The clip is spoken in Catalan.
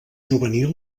juvenil